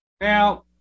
Now